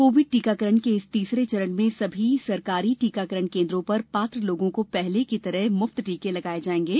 Covid टीकाकरण के इस तीसरे चरण में सभी सरकारी टीकाकरण केन्द्रों पर पात्र लोगों को पहले की तरह मुफ्त टीके लगाये जायेंगे